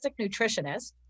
nutritionist